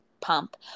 pump